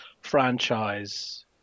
franchise